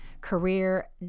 career